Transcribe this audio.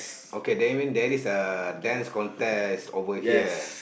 okay that mean there is a Dance Contest over here